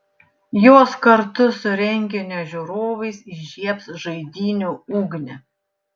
jos kartu su renginio žiūrovais įžiebs žaidynių ugnį